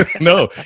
No